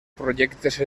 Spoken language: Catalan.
projectes